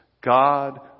God